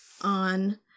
on